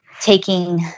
taking